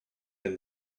than